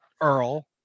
Earl